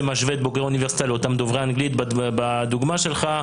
משווה את בוגרי האוניברסיטה לאותם דוברי אנגלית בדוגמה שלך,